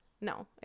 No